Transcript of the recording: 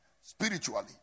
spiritually